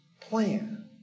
plan